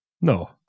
No